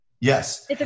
yes